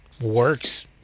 works